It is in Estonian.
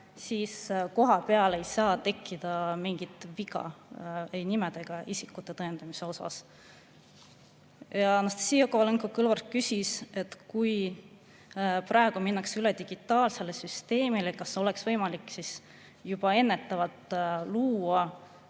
siis kohapeal ei saa tekkida mingit viga ei nimede ega isikute tõendamisel. Anastassia Kovalenko-Kõlvart küsis, et kui praegu minnakse üle digitaalsele süsteemile, siis kas oleks võimalik juba ennetavalt luua